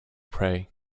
prey